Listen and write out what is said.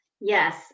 Yes